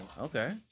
Okay